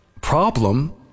problem